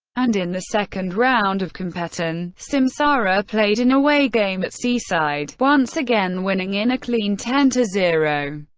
and in the second round of competition, samsara played an away game at seaside, once again winning in a clean ten to zero.